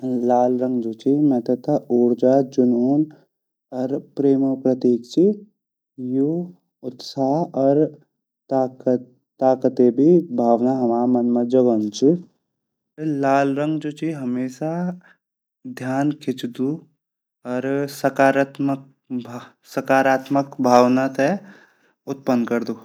लाल रंग जु ची मेते ता ऊर्जा जूनून अर प्रेमो प्रतीक ची यू उत्साह अर ताकते भी भावना हम मन मा जागोंदु ची, लाल रंग जु ची उ हमेशा ध्यान खिच्दु अर सकारात्मक भावना ते उत्पन करदु।